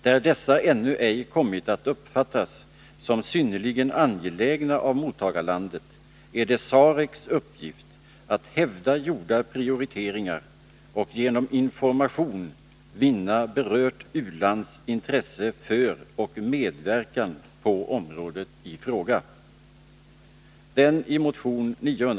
Där dessa ännu ej kommit att uppfattas som synnerligen angelägna av mottagarlandet är det SAREC:s uppgift att hävda gjorda prioriteringar och genom information vinna berört u-lands intresse för och medverkan på området i fråga.